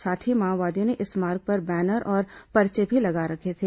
साथ ही माओवादियों ने इस मार्ग पर बैनर और पर्चे भी लगा रखे थे